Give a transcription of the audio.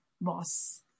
boss